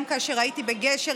גם כאשר הייתי בגשר,